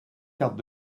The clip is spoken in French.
cartes